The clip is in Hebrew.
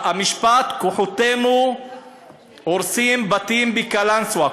המשפט: כוחותינו הורסים בתים בקלנסואה,